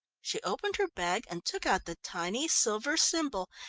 she opened her bag and took out the tiny silver symbol,